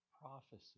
prophecy